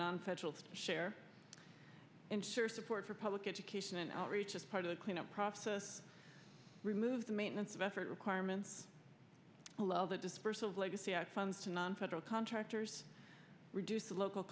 nonfederal share and share support for public education and outreach as part of the clean up process remove the maintenance of effort requirements allow the dispersal of legacy of funds to non federal contractors reduce the local